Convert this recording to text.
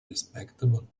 respectable